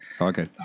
Okay